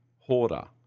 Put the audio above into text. hoarder